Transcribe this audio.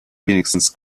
wenigstens